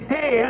Hey